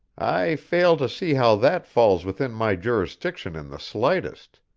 i fail to see how that falls within my jurisdiction in the slightest.